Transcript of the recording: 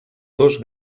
dos